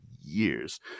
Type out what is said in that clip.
years